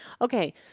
Okay